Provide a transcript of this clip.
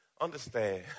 Understand